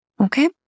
Okay